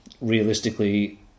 realistically